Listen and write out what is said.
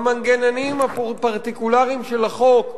במנגנונים הפרטיקולריים של החוק,